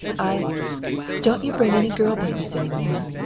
i don't you bring any girl babies any more?